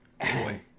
boy